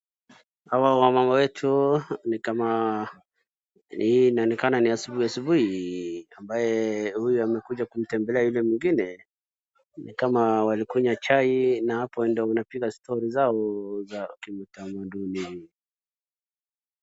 Hawa wamama wetu ni kama hii inaonekana ni asubuhi asubuhi, ambaye huyu amekuja kumtembelea yule mwingine. Ni kama walikunywa chai na hapo ndio inapiga story zao za kitamaduni.